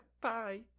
bye